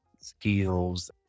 skills